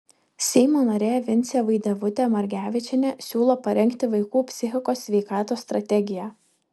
seimo narė vincė vaidevutė margevičienė siūlo parengti vaikų psichikos sveikatos strategiją